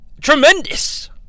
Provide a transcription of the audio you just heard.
tremendous